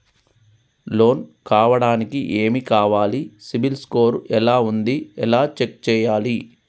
Loan కావడానికి ఏమి కావాలి సిబిల్ స్కోర్ ఎలా ఉంది ఎలా చెక్ చేయాలి?